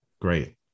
Great